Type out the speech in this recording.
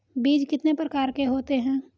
बीज कितने प्रकार के होते हैं?